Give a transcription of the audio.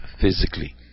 physically